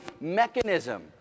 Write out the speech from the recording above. mechanism